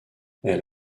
elle